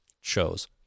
shows